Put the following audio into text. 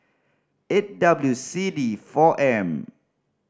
eight W C D four M